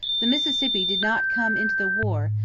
the mississippi did not come into the war,